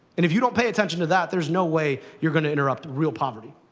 and if you don't pay attention to that, there's no way you're going to interrupt real poverty.